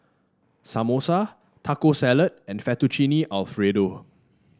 Samosa Taco Salad and Fettuccine Alfredo